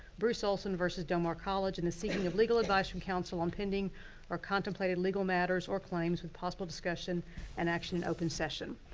bruce olsson v. del mar college and the seeking of legal advice from counsel on pending or contemplated legal matters or claims with possible discussion and action in open session.